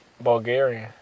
Bulgarian